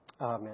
Amen